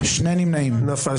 הצבעה לא אושרה נפל.